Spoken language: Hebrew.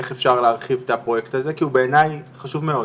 איך אפשר להרחיב את הפרוייקט הזה כי הוא בעיניי חשוב מאוד.